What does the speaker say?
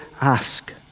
ask